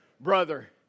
Brother